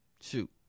Shoot